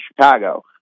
Chicago